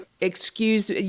excuse